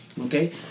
Okay